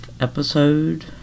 episode